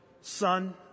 son